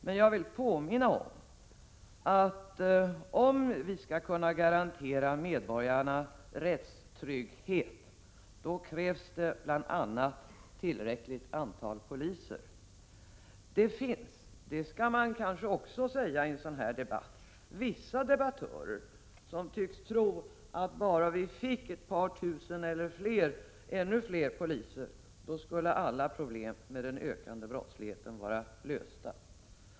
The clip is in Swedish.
Men jag vill påminna om att om vi skall kunna garantera medborgarna rättstrygghet, då krävs det bl.a. ett tillräckligt antal poliser. Det finns, det skall man kanske också säga i en sådan här debatt, vissa debattörer som tycks tro, att bara vi fick ett par tusen eller ännu fler poliser, skulle alla problem med den ökande brottsligheten vara lösta.